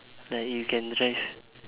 like you can drive